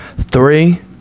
Three